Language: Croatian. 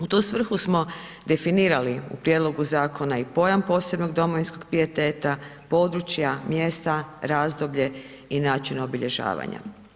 U tu svrhu smo definirali u prijedlogu zakona i pojam posebnog domovinskog pijeteta, područja, mjesta, razdoblje i način obilježavanja.